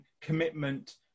commitment